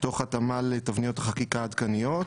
תוך התאמה לתבניות חקיקה עדכניות,